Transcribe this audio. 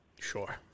Sure